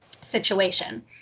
situation